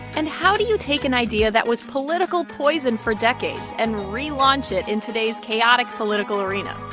and how do you take an idea that was political poison for decades and relaunch it in today's chaotic political arena?